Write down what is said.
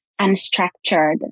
unstructured